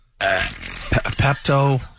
Pepto